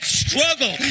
struggle